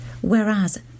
whereas